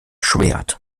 schwert